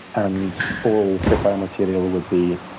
and all fission material would be